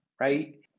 right